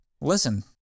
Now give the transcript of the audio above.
listen